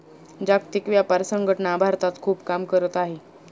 जागतिक व्यापार संघटना भारतात खूप काम करत आहे